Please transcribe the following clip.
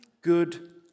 good